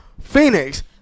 Phoenix